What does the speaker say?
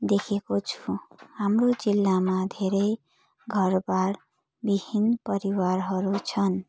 देखेको छु हाम्रो जिल्लामा धेरै घरबारविहीन परिवारहरू छन्